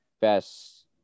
best